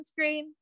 sunscreen